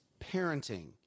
parenting